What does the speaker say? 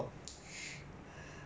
then I think no